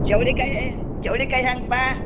ಚೌಳಿ ಕಾಯಿ ಚೌಳಿ ಕಾಯಿ ಹ್ಯಾಂಗೆ ಪಾ